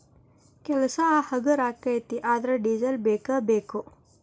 ಕೆಲಸಾ ಹಗರ ಅಕ್ಕತಿ ಆದರ ಡಿಸೆಲ್ ಬೇಕ ಬೇಕು